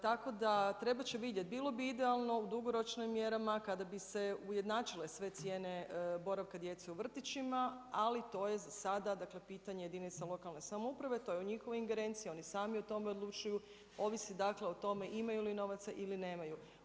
Tako da, trebat će vidjet, bilo bi idealno u dugoročnim mjerama, kada bi se ujednačile sve cijene boravka djece u vrtićima, ali to je za sada, dakle pitanje jedinice lokalne samouprave, to je u njihovim ingerenciji, oni sami o tome odlučuju, ovisi o tome imaju li novaca ili nemaju.